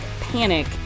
panic